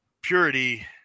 purity